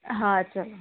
હં ચલો